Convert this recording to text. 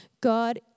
God